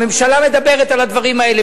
הממשלה מדברת על הדברים האלה.